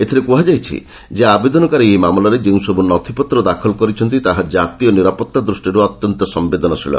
ଏଥିରେ କୁହାଯାଇଛି ଯେ ଆବେଦନକାରୀ ଏହି ମାମଲାରେ ଯେଉଁସବୁ ନଥିପତ୍ର ଦାଖଲ କରିଛନ୍ତି ତାହା କାତୀୟ ନିରାପତ୍ତା ଦୃଷ୍ଟିରୁ ଅତ୍ୟନ୍ତ ସମ୍ଭେଦନଶୀଳ